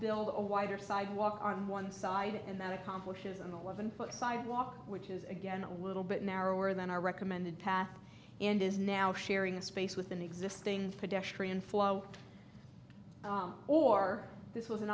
build a wider sidewalk on one side and then accomplishes an eleven foot sidewalk which is again a little bit narrower than our recommended path and is now sharing a space with an existing pedestrian flow or this was an